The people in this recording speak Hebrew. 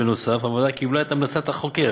בנוסף, הוועדה קיבלה את המלצת החוקר